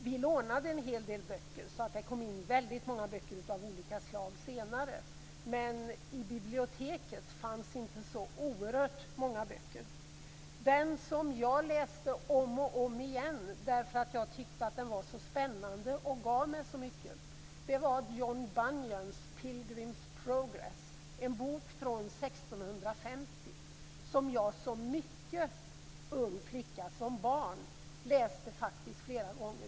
Vi lånade en hel del böcker, så att det kom in väldigt många böcker av olika slag senare, men i biblioteket fanns inte så oerhört många böcker. Den som jag läste om och om igen därför att jag tyckte att den var så spännande och gav mig så mycket var John Bunyans Pilgrims Progress, en bok från 1650, som jag som mycket ung flicka, som barn, faktiskt läste flera gånger.